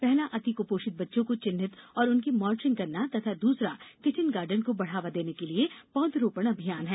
पहला अति कुपोषित बच्चों को चिन्हित और उनकी मॉनिटरिंग करना तथा दूसरा किचन गार्डन को बढ़ावा देने के लिए पौधारोपण अभियान है